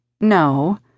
No